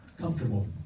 comfortable